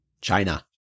China